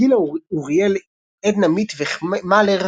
גילה אוריאל, עדנה מיטווך-מלר,